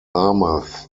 armagh